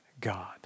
God